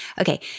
Okay